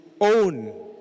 own